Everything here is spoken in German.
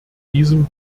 diesem